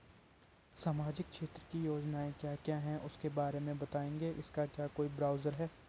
सामाजिक क्षेत्र की योजनाएँ क्या क्या हैं उसके बारे में बताएँगे इसका क्या कोई ब्राउज़र है?